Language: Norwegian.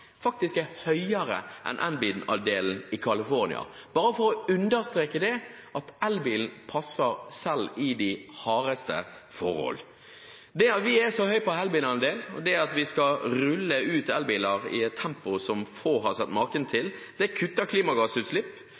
faktisk er høyere enn elbilandelen i California – bare for å understreke at elbilen passer selv i de hardeste forhold. Det at vi er så høyt oppe på elbilandel, og det at vi skal rulle ut elbiler i et tempo som få har sett maken til, kutter klimagassutslipp,